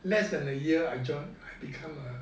less than a year I join become a